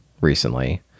recently